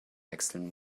wechseln